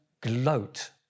gloat